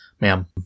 ma'am